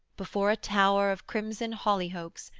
before a tower of crimson holly-hoaks,